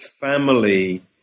family